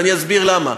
ואני אסביר למה.